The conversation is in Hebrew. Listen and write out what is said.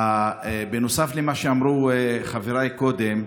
נוסף למה שאמרו חבריי קודם,